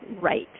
right